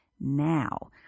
now